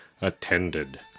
attended